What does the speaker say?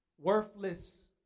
Worthless